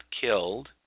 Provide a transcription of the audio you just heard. killed